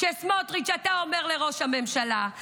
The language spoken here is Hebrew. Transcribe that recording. כשסמוטריץ' אתה אומר לראש הממשלה,